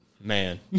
Man